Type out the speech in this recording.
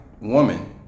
woman